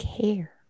care